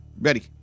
Ready